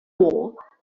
war